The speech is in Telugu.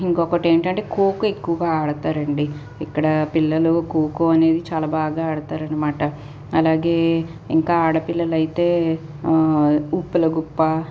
ఇంకొకటి ఏంటంటే ఖోఖొ ఎక్కువగా ఆడతారండి ఇక్కడ పిల్లలు ఖోఖో అనేది చాలా బాగా ఆడతారనమాట అలాగే ఇంకా ఆడపిల్లలైతే ఉప్పుల గుప్ప